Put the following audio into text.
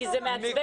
כי זה מעצבן,